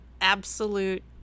absolute